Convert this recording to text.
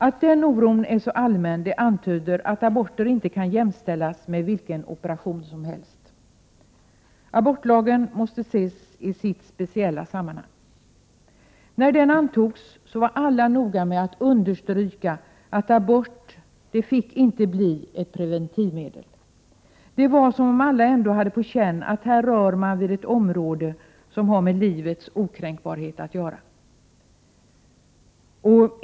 Att den oron är så allmän antyder att aborter inte kan jämställas med vilken operation som helst. Abortlagen måste ses i sitt speciella sammanhang. När den antogs var alla noga med att understryka att abort inte fick bli ett preventivmedel. Det var som om alla ändå hade på känn att man här rörde vid ett område som har med livets okränkbarhet att göra.